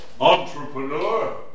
entrepreneur